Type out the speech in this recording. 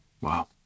Wow